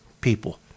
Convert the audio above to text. people